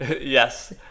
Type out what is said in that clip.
Yes